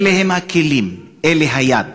אלה הם הכלים, זו היד,